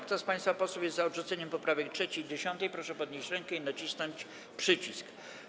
Kto z państwa posłów jest za odrzuceniem poprawek 3. i 10., proszę podnieść rękę i nacisnąć przycisk.